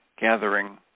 gathering